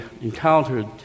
encountered